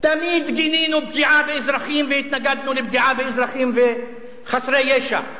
תמיד גינינו פגיעה באזרחים והתנגדנו לפגיעה באזרחים וחסרי ישע,